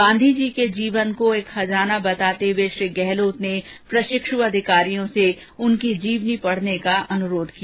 गांधी जी के जीवन को एक खजाना बताते हुए श्री गहलोत ने प्रषिक्षु अधिकारियों से उनकी जीवनी पढने का अनुरोध किया